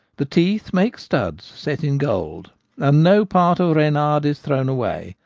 the teeth make studs, set in gold and no part of reynard is thrown away,